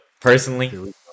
personally